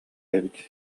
эбит